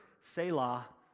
Selah